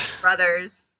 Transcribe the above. brothers